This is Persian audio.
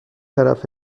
طرف